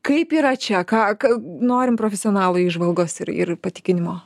kaip yra čia ką ka norim profesionalo įžvalgos ir ir patikinimo